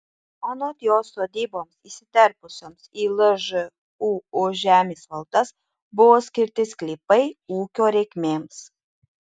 anot jos sodyboms įsiterpusioms į lžūu žemės valdas buvo skirti sklypai ūkio reikmėms